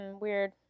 weird